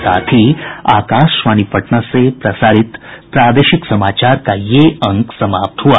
इसके साथ ही आकाशवाणी पटना से प्रसारित प्रादेशिक समाचार का ये अंक समाप्त हुआ